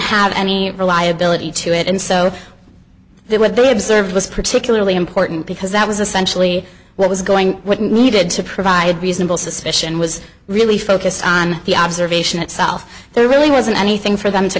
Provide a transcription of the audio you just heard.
have any reliability to it and so they would be observed was particularly important because that was essentially what was going with needed to provide reasonable suspicion was really focused on the observation itself there really wasn't anything for them to